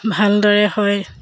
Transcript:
ভালদৰে হয়